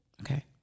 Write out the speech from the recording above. okay